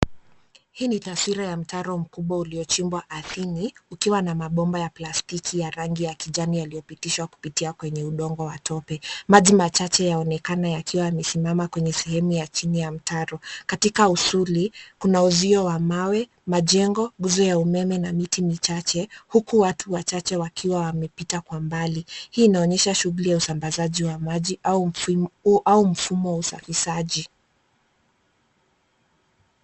Hii ni taswira ya mtaro mkubwa uliochimbwa ardhini; ukiwa na mabomba ya plastiki ya rangi ya kijani yaliyopitishwa kupitia kwenye udongo wa tope. Maji machache yanaonekana yakiwa yamesimama kwenye sehemu ya chini ya mtaro. Katika usuli, kuna uzio wa mawe, majengo, nguzo ya umeme na miti michache, huku watu wachache wakiwa wamepita kwa umbali. Hii inaonyesha shughuli ya usambazaji wa maji au mfumo wa usafishaji.